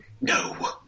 No